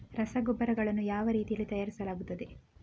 ರಸಗೊಬ್ಬರಗಳನ್ನು ಯಾವ ರೀತಿಯಲ್ಲಿ ತಯಾರಿಸಲಾಗುತ್ತದೆ?